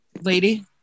lady